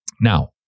Now